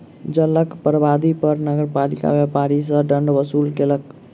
जलक बर्बादी पर नगरपालिका व्यापारी सॅ दंड वसूल केलक